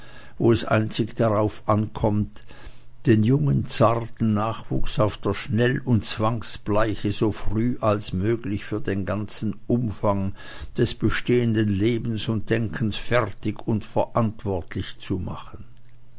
wo es einzig darauf ankommt den jungen zarten nachwuchs auf der schnell und zwangbleiche so früh als möglich für den ganzen umfang des bestehenden lebens und denkens fertig und verantwortlich zu machen